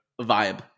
vibe